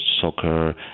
soccer